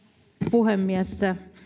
puhemies